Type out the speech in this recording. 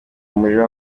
umuriro